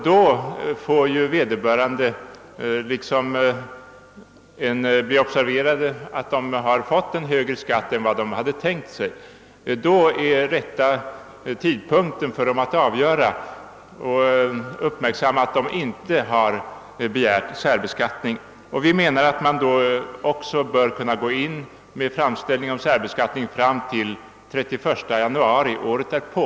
Då observerar vederbörande att de fått högre skatt än de tänkt sig, och de märker att de inte har begärt särbeskattning. Vi motionärer anser därför att ansökan om särbeskattning bör kunna inlämnas till och med den 31 januari året därpå.